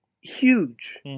huge